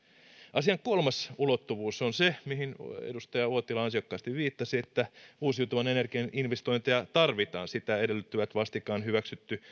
asian kolmas ulottuvuus on se mihin edustaja uotila ansiokkaasti viittasi että uusiutuvan energian investointeja tarvitaan sitä edellyttävät vastikään hyväksytty